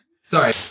Sorry